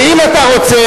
ואם אתה רוצה,